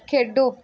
ਖੇਡੋ